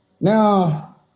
Now